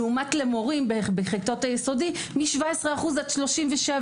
ולעומת זאת למורים בכיתות היסודי נתנו בין 17% 37%,